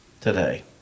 today